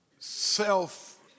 Self